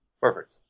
Perfect